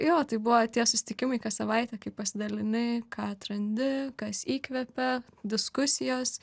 jo tai buvo tie susitikimai kas savaitę kai pasidalini ką atrandi kas įkvepia diskusijos